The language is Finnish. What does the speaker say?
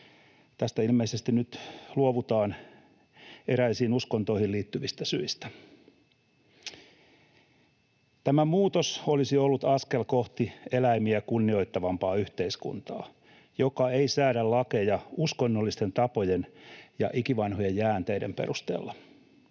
Tästä ilmeisesti nyt luovutaan eräisiin uskontoihin liittyvistä syistä. Tämä muutos olisi ollut askel kohti eläimiä kunnioittavampaa yhteiskuntaa, joka ei säädä lakeja uskonnollisten tapojen ja ikivanhojen jäänteiden perusteella.